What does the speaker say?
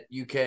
UK